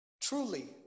Truly